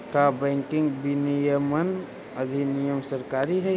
का बैंकिंग विनियमन अधिनियम सरकारी हई?